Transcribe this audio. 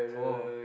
oh